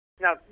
Now